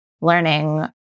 learning